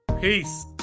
Peace